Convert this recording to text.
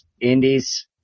indies